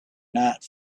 not